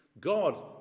God